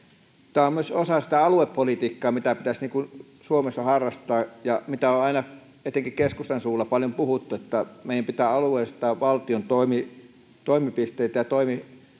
tämä on myös osa sitä aluepolitiikkaa mitä pitäisi suomessa harrastaa ja mitä on aina etenkin keskustan suulla paljon puhuttu että meidän pitää alueellistaa valtion toimipisteitä ja saada